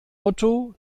motto